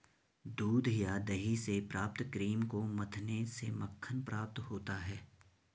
दूध या दही से प्राप्त क्रीम को मथने से मक्खन प्राप्त होता है?